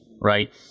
right